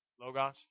Logos